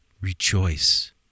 rejoice